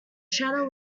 shadow